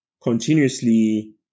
continuously